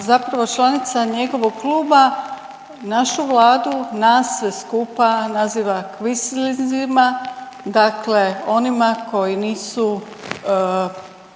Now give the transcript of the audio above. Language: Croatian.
zapravo članica njegovog kluba našu vladu i nas sve skupa naziva kvislinzima, dakle onima koji nisu,